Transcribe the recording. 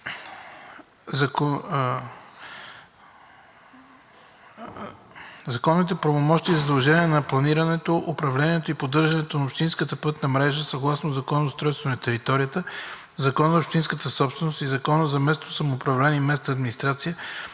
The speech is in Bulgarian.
Законовите правомощия и задължения за планирането, управлението и поддържането на общинската пътна мрежа съгласно Закона за устройство на територията, Закона за общинската собственост и Закона за местното самоуправление и местната администрация